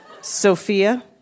Sophia